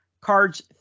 cards